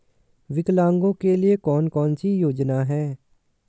विकलांगों के लिए कौन कौनसी योजना है?